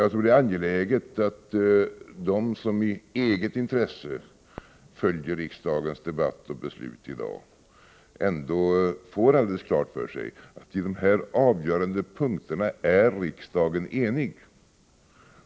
Jag tror det är angeläget att de som i eget intresse i dag följer riksdagens debatt och tar del av beslutet ändå får alldeles klart för sig att riksdagen på de här avgörande punkterna är enig.